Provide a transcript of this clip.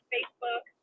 Facebook